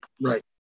Right